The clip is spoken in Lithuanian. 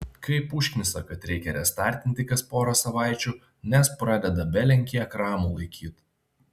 kaip užknisa kad reikia restartinti kas porą savaičių nes pradeda belenkiek ramų laikyt